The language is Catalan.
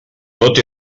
tot